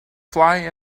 fly